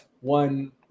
one